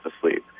asleep